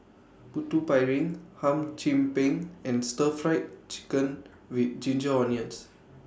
Putu Piring Hum Chim Peng and Stir Fry Chicken with Ginger Onions